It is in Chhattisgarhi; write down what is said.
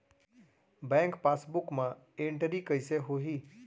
बैंक पासबुक मा एंटरी कइसे होही?